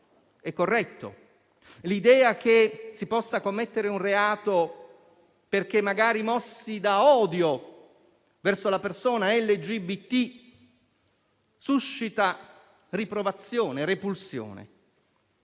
e corretto; l'idea che si possa commettere un reato perché magari mossi da odio verso una persona LGBT suscita riprovazione e repulsione.